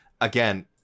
again